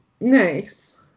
nice